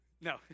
No